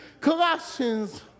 Colossians